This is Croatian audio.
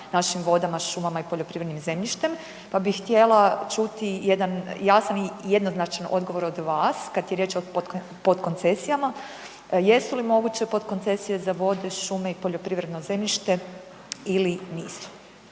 našim vodama, šumama i poljoprivrednim zemljištem pa bi htjela čuti jedan jasan i jednoznačan odgovor od vas kad je riječ o potkoncesijama. Jesu li moguće potkoncesije za vode, šume i poljoprivredno zemljište ili nisu?